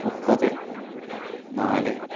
മുപ്പത് നാല്